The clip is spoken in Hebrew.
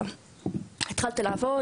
התחלתי לעבוד,